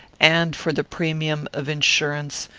and for the premium of insurance,